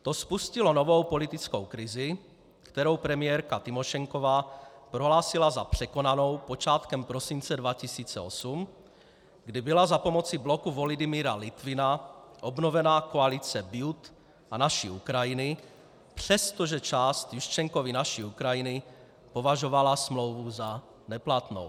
To spustilo novou politickou krizi, kterou premiérka Tymošenková prohlásila za překonanou počátkem prosince 2008, kdy byla za pomoci bloku Volodymyra Lytvyna obnovena koalice BJuT a Naší Ukrajiny, přestože část Juščenkovy Naší Ukrajiny považovala smlouvu za neplatnou.